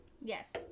yes